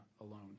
alone